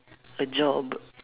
a job